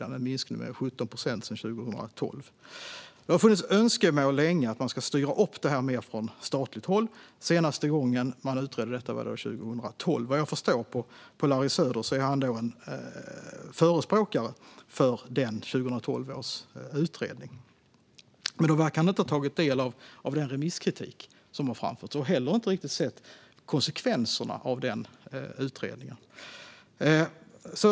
Det är en minskning med 17 procent sedan 2012. Det har länge funnits önskemål om att man från statligt håll ska styra upp detta mer. Senaste gången det utreddes var 2012. Vad jag förstår är Larry Söder förespråkare för det som utredningen kom fram till 2012. Men han verkar inte ha tagit del av den remisskritik som har framförts och inte heller riktigt sett konsekvenserna av det som utredningen föreslog.